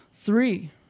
Three